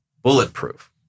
bulletproof